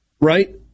right